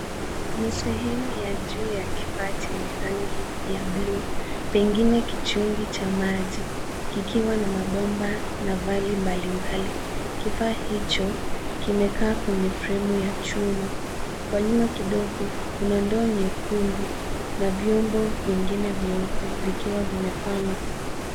Ni sehemu ya juu ya kifaa chenye rangi ya bluu. Pengine kichungi cha maji. Kikiwa na mabomba na vali mbalimbali. Kifaa hicho, kimekaa kwenye fremu ya chuma. Kwa nyuma kidogo, kuna ndoo nyekundu. Na vyombo vingine vyeupe vikiwa vimepangwa.